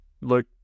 look